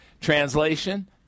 Translation